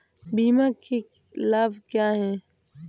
बीमा के लाभ क्या हैं?